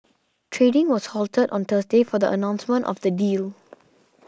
trading was halted on Thursday for the announcement of the deal